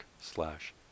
slash